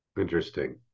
Interesting